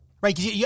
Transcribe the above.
Right